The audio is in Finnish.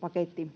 paketti,